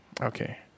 okay